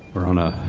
we're on a